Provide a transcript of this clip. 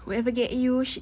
whoever get you should